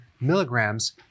milligrams